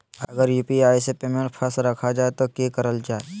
अगर यू.पी.आई से पेमेंट फस रखा जाए तो की करल जाए?